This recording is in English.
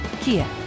Kia